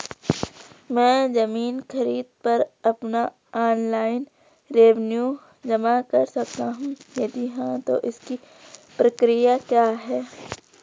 मैं ज़मीन खरीद पर अपना ऑनलाइन रेवन्यू जमा कर सकता हूँ यदि हाँ तो इसकी प्रक्रिया क्या है?